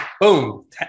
Boom